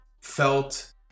felt